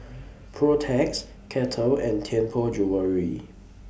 Protex Kettle and Tianpo Jewellery